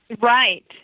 Right